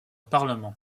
parlement